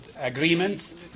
agreements